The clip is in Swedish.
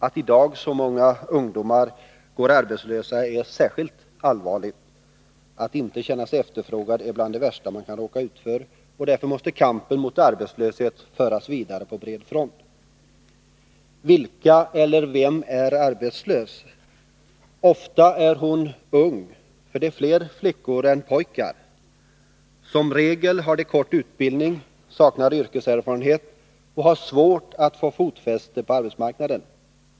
Att i dag så många ungdomar går arbetslösa är särskilt allvarligt. Att inte känna sig efterfrågad är bland det värsta man kan råka ut för. Därför måste kampen mot arbetslöshet föras vidare på bred front. Vem är arbetslös? Ofta är hon ung, för det gäller fler flickor än pojkar. Som regel har de som är arbetslösa kort utbildning, saknar yrkeserfarenhet och har svårt att få fotfäste på arbetsmarknaden.